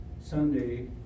Sunday